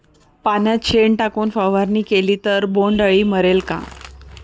पाण्यात शेण टाकून फवारणी केली तर बोंडअळी मरेल का?